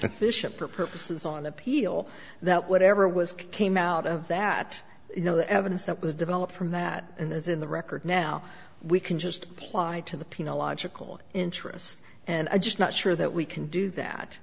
sufficient for purposes on appeal that whatever it was came out of that you know the evidence that was developed from that and is in the record now we can just plod to the peano logical interest and i just not sure that we can do that